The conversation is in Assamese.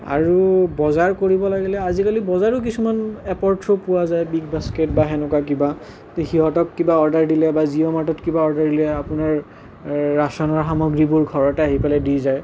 আৰু বজাৰ কৰিব লাগিলে আজিকালি বজাৰো কিছুমান এপৰ থ্ৰো পোৱা যায় বিগ বাস্কেট বা সেনেকুৱা কিবা সিহঁতক কিবা অৰ্ডাৰ দিলে বা জিঅ' মাৰ্টতত কিবা অৰ্ডাৰ দিলে আপোনাৰ ৰাচনৰ সমগ্ৰীবোৰ ঘৰত আহি পেলাই দি যায়